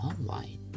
online